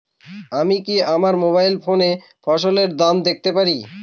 আমি কি আমার মোবাইল ফোনে ফসলের দাম দেখতে পারি?